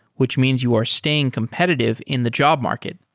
which means you are staying competitive in the job market.